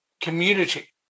community